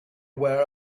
aware